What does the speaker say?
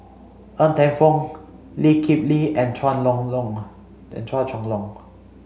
Ng Teng Fong Lee Kip Lee and Chua Long Long and Chua Chong Long